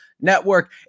Network